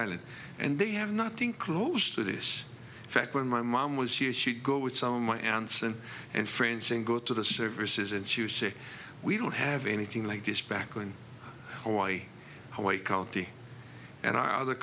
island and they have nothing close to this fact when my mom was she if she'd go with some of my aunts and and friends and go to the services and she would say we don't have anything like this back when or why i wake county and our other